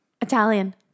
Italian